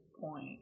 point